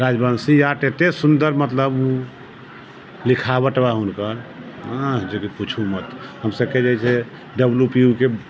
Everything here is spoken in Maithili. राजवंशी जाट एते सुन्दर मतलब लिखावट बा हुनकर जेकि पूछू मत हमसबके जे है डब्लू पी ओ के